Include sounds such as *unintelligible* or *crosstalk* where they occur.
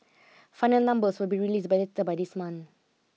final numbers will be released *unintelligible* by this month